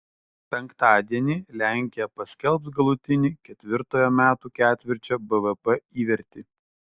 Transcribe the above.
penktadienį lenkija paskelbs galutinį ketvirtojo metų ketvirčio bvp įvertį